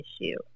issue